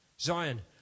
Zion